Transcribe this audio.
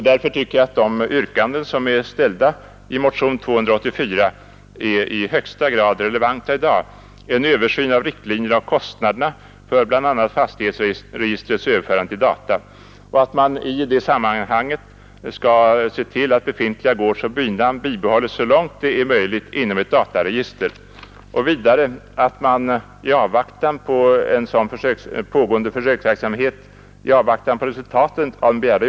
Därför tycker jag också att de yrkanden som är ställda i motionen 284 är i högsta grad relevanta i dag. De yrkandena är följande: 2. Befintliga gårdsoch bynamn bibehålls så långt det är möjligt inom ett dataregister. Vi yrkar alltså att man här inte skall gå alltför hastigt fram.